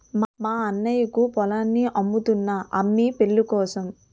మా అన్నయ్యకు పొలాన్ని అమ్ముతున్నా అమ్మి పెళ్ళికోసం